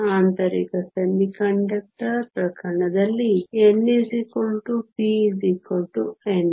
ಆಂತರಿಕ ಅರೆವಾಹಕ ಪ್ರಕರಣದಲ್ಲಿ n p ni